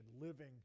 living